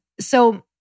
So-